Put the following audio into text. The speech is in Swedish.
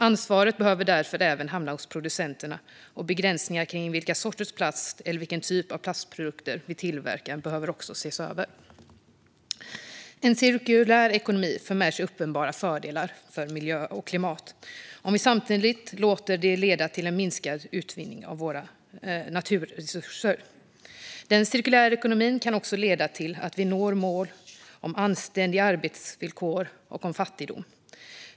Ansvaret behöver därför även hamna hos producenterna, och begränsningar kring vilka sorters plast eller vilken typ av plastprodukter vi tillverkar behöver ses över. En cirkulär ekonomi för med sig uppenbara fördelar för miljö och klimat om vi samtidigt låter det leda till en minskad utvinning av våra naturresurser. Den cirkulära ekonomin kan också leda till att vi når mål om anständiga arbetsvillkor och om fattigdom.